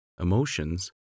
emotions